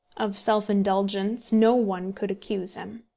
of self-indulgence no one could accuse him.